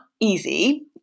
easy